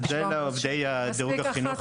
זה לעובדי החינוך.